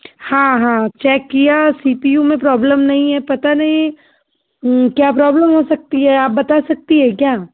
हाँ हाँ चेक किया सी पी यू में प्रॉब्लम नहीं है पता नहीं क्या प्रोब्लेम हो सकती है आप बता सकती हैं क्या